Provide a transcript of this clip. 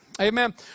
Amen